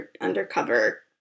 undercover